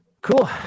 Cool